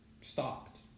stopped